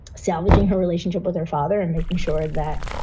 salvaging her relationship with her father and making sure that,